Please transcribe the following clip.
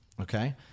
okay